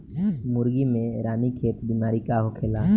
मुर्गी में रानीखेत बिमारी का होखेला?